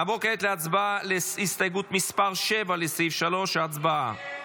נעבור כעת להצבעה על הסתייגות מס' 7 לסעיף 3. הצבעה.